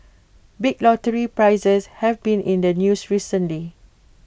big lottery prizes have been in the news recently